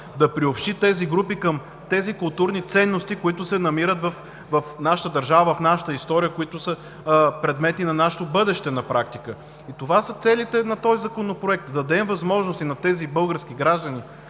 да приобщи тези групи към тези културни ценности, които се намират в нашата държава, в нашата история, които са предмет и на нашето бъдеще на практика. Това са целите на този законопроект – да дадем възможност на тези български граждани,